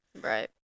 Right